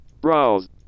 Browse